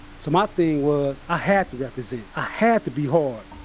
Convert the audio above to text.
so, my thing was, i had to represent. i had to be hard.